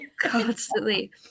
Constantly